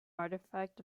artifact